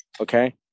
okay